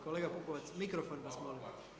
Kolega Pupovac, mikrofon vas molim.